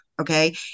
okay